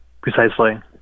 Precisely